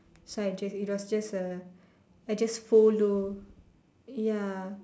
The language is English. so I just it was just a I just follow ya